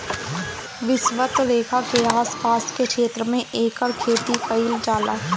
विषवत रेखा के आस पास के क्षेत्र में एकर खेती कईल जाला